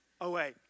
away